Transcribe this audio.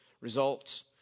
results